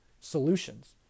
solutions